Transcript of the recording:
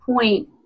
point